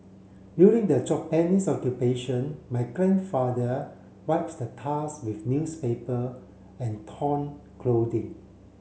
during the Japanese Occupation my grandfather wipes the tusk with newspaper and torn clothing